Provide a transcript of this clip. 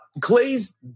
Clay's